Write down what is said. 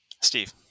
steve